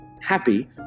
happy